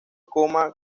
cama